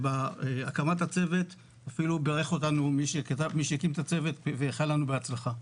בהקמת הצוות אפילו בירך אותנו מי שהקים את הצוות ואיחל לנו בהצלחה.